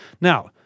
Now